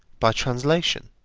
by translation.